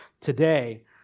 today